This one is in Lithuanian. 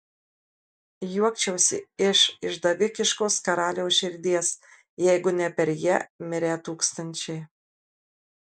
juokčiausi iš išdavikiškos karaliaus širdies jeigu ne per ją mirę tūkstančiai